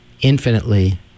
infinitely